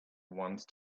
once